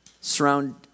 surround